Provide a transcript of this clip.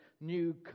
new